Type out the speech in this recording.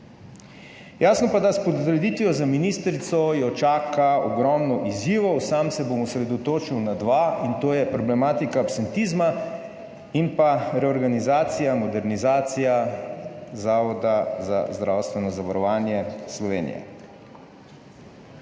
Jasno pa, da s potrditvijo za ministrico jo čaka ogromno izzivov. Sam se bom osredotočil na dva in to je problematika absentizma in pa reorganizacija, modernizacija Zavoda za zdravstveno zavarovanje Slovenije.